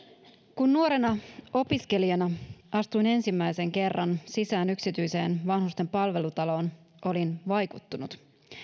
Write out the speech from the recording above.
kun nuorena opiskelijana astuin ensimmäisen kerran sisään yksityiseen vanhusten palvelutaloon olin vaikuttunut